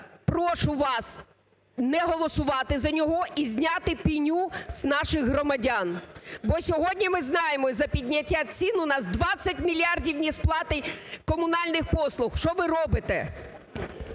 прошу вас не голосувати за нього і зняти пеню з наших громадян. Бо сьогодні ми знаємо, із-за підняття цін у нас 20 мільярдів несплати комунальних послуг. Що ви робите?